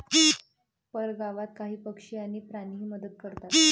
परगावात काही पक्षी आणि प्राणीही मदत करतात